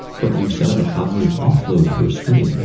but you've set up a cognitive offload for a screen, yeah